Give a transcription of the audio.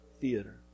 Theater